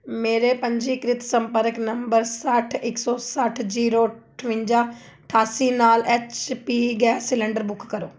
ਮੇਰੇ ਪੰਜੀਕ੍ਰਿਤ ਸੰਪਰਕ ਨੰਬਰ ਸੱਠ ਇੱਕ ਸੌ ਸੱਠ ਜ਼ੀਰੋ ਅਠਵੰਜਾ ਅਠਾਸੀ ਨਾਲ H P gas cylinder book ਕਰੋ